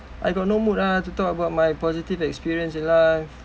I got no mood lah to talk about my positive experience in life